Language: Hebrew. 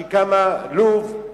לוב,